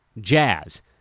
Jazz